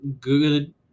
good